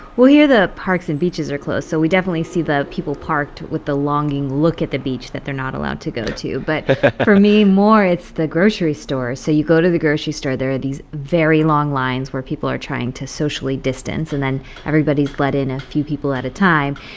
well, here the parks and beaches are closed, so we definitely see the people parked with the longing look at the beach that they're not allowed to go to. but for me more, it's the grocery store. so you go to the grocery store. there are these very long lines where people are trying to socially distance. and then everybody's let in a few people at a time.